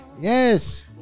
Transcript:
yes